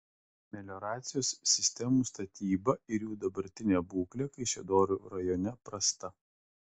melioracijos sistemų statyba ir jų dabartinė būklė kaišiadorių rajone prasta